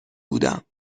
بودم